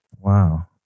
Wow